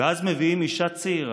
ואז מביאים אישה צעירה,